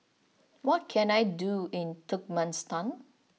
what can I do in Turkmenistan